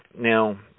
Now